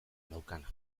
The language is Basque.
naukana